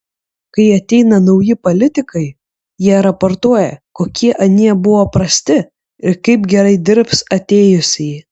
kai ateina nauji politikai jie raportuoja kokie anie buvo prasti ir kaip gerai dirbs atėjusieji